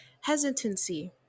hesitancy